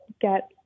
get